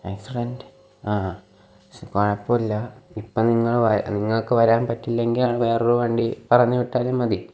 accident ആ കുഴപ്പമില്ല ഇപ്പം നിങ്ങൾ നിങ്ങൾക്ക് വരാൻ പറ്റില്ലെങ്കിൽ നിങ്ങൾ വേറെ ഒരു വണ്ടി പറഞ്ഞ് വിട്ടാലും മതി